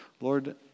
Lord